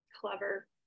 clever